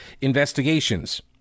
investigations